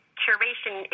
curation